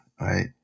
right